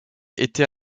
était